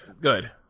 Good